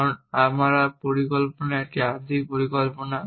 কারণ আমার পরিকল্পনা একটি আংশিক পরিকল্পনা